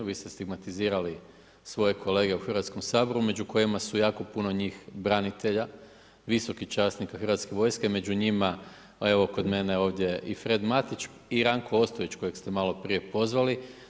Vi ste stigmatizirali svoje kolege u Hrvatskom saboru među kojima su jako puno njih branitelja, visokih časnika Hrvatske vojske, među njima evo kod mene ovdje i Fred Matić i Ranko Ostojić kojeg ste malo prije prozvali.